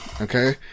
Okay